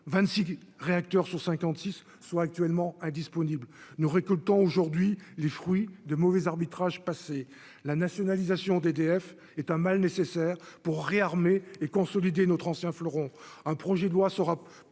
26 réacteurs sur 56 sont actuellement indisponible, nous récoltons aujourd'hui les fruits de mauvais arbitrage passer la nationalisation d'EDF est un mal nécessaire pour réarmer et consolider notre ancien fleuron un projet de loi sera